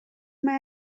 mae